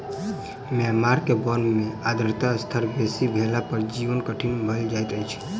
Myanmar के वन में आर्द्रता स्तर बेसी भेला पर जीवन कठिन भअ जाइत अछि